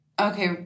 Okay